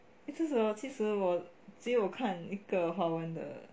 其实其实我只有看一个华文的